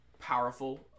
powerful